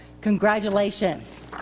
Congratulations